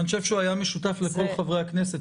אני חושב שהוא היה משותף לכל חברי הכנסת.